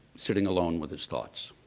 sitting alone with his thoughts.